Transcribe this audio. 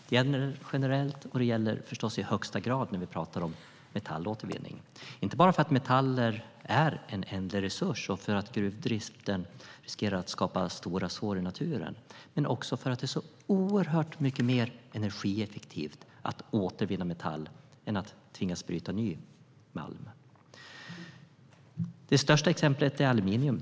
Det gäller generellt, och det gäller förstås i högsta grad när vi talar om metallåtervinning - inte bara för att metaller är en ändlig resurs och för att gruvdriften riskerar att skapa stora sår i naturen, utan också för att det är så oerhört mycket mer energieffektivt att återvinna metall än att tvingas bryta ny malm. Det tydligaste exemplet är aluminium.